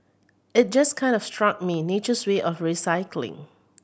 it just kind of struck me nature's way of recycling